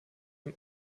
dem